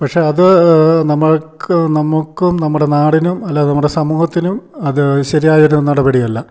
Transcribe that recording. പക്ഷേ അത് നമ്മൾക്ക് നമുക്കും നമ്മുടെ നാടിനും അല്ലെ നമ്മുടെ സമൂഹത്തിനും അത് ശരിയായ ഒരു നടപടിയല്ല